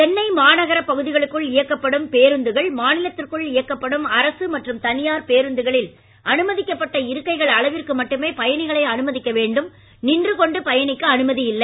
சென்னைமாநகர பகுதிகளுக்குள் இயக்கப்படும் பேருந்துகள் மாநிலத்திற்குள் இயக்கப்படும் அரசு மற்றும் தனியார் பேருந்துகளில் அனுமதிக்கப்பட்ட இருக்கைகள் அளவிற்கு மட்டுமே பயணிகளை அனுமதிக்க வேண்டும் நின்றுக் கொண்டு பயணிக்க அனுமதி இல்லை